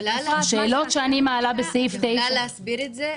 השאלות שאני מעלה בסעיף 9 --- את יכולה להסביר את זה?